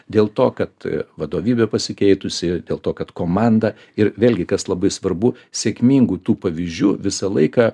dėl to kad vadovybė pasikeitusi dėl to kad komanda ir vėlgi kas labai svarbu sėkmingų tų pavyzdžių visą laiką